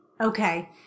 Okay